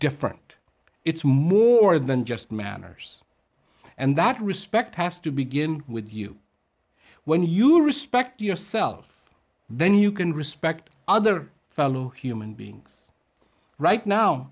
different it's more than just manners and that respect has to begin with you when you respect yourself then you can respect other fellow human beings right now